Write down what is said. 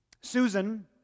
Susan